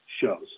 shows